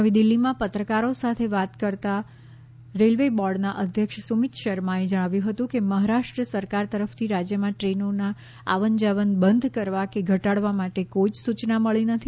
નવી દિલ્ફીમાં પત્રકારો સાથે વાત કરતાં રેલવે બોર્ડના અધ્યક્ષ સુમિત શર્માએ જણાવ્યું હતું કે મહારાષ્ટ્ર સરકાર તરફથી રાજ્યમાં ટ્રેનોના આવન જાવન બંધ કરવા કે ઘટાડવા માટે કોઈ જ સૂચના મળી નથી